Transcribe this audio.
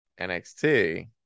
NXT